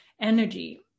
energy